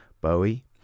Bowie